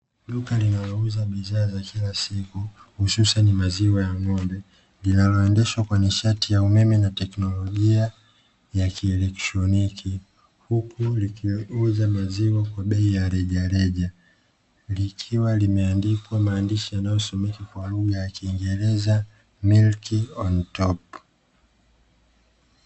Duka linalouza bidhaa za kila siku hususan maziwa ya ng'ombe linaloendeshwa kwa nishati ya umeme na teknolojia ya kielektroniki, huku likiuza maziwa kwa bei ya rejareja likiwa limeandikwa maandishi yanayosomeka kwa lugha ya kiingereza "milki on top".